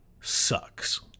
sucks